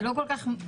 זה לא כל כך משנה.